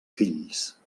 fills